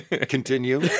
Continue